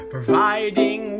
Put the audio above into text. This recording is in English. Providing